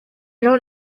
don’t